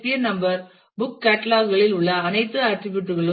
என் number → book catalogue களில் உள்ள அனைத்து ஆட்டிரிபியூட் களும்